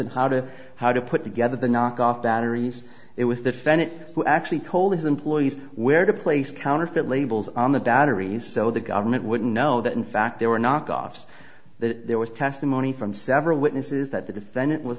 on how to how to put together the knockoff batteries it with defendant who actually told his employees where to place counterfeit labels on the batteries so the government wouldn't know that in fact there were knockoffs that there was testimony from several witnesses that the defendant was